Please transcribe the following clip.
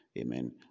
Amen